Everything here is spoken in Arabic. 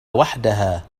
وحدها